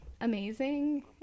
amazing